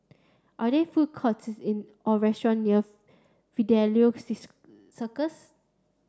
are there food courts in or restaurant near Fidelio Circus